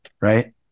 Right